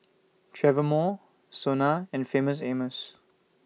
Travelpro Sona and Famous Amos